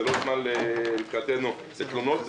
זה מבחינתנו לא זמן לתלונות,